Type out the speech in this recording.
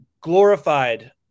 glorified